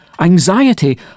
Anxiety